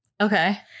Okay